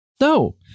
No